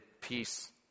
Peace